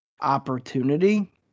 opportunity